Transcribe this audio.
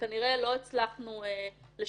כנראה לא הצלחנו לשכנע.